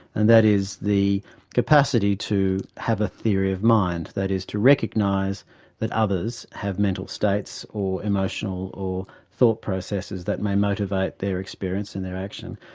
and that is the capacity to have a theory of mind, that is, to recognise that others have mental states or emotional or thought processes that may motivate their experience and their action,